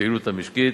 בפעילות המשקית,